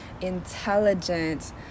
intelligent